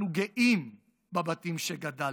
אנחנו גאים בבתים שגדלנו,